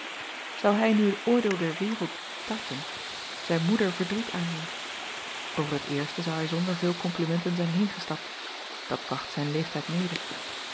ou hij nu het oordeel der wereld tarten ijn moeder verdriet aandoen ver het eerste zou hij zonder veel komplimenten zijn heengestapt dat bracht zijn leeftijd mede